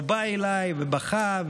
הוא בא אליי ובכה,